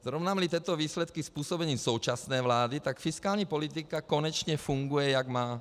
Srovnámeli tyto výsledky s působením současné vlády, tak fiskální politika konečně funguje, jak má.